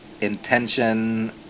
intention